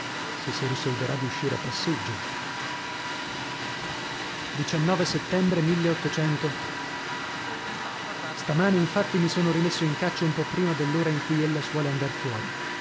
se si risolverà di uscire a passeggio settembre stamane infatti mi sono rimesso in caccia un po prima dell'ora in cui ella suole andar fuori